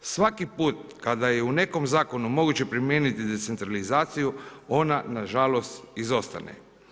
Svaki put kada je u nekom zakonu moguće primijeniti decentralizaciju ona nažalost izostane.